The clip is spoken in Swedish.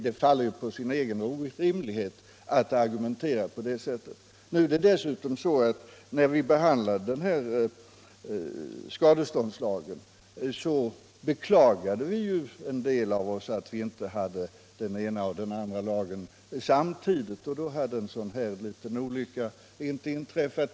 Det faller på sin egen orimlighet att argumentera så. När vi behandlade den här skadeståndslagen beklagade somliga av oss att vi inte kunde behandla den nu aktuella lagen samtidigt. Hade vi gjort det, hade en olycka som denna inte inträffat.